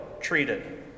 treated